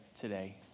today